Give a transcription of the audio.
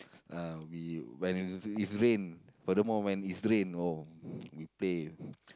uh we when it's if rain furthermore when it's rain oh we play